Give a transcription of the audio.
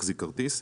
כרטיס,